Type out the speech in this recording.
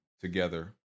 together